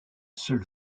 seul